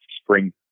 spring